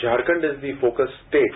Jharkhand is the focus state